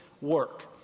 work